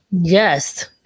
Yes